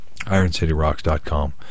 ironcityrocks.com